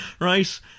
right